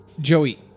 Joey